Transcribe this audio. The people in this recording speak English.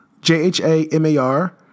J-H-A-M-A-R